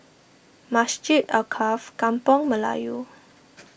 Masjid Alkaff Kampung Melayu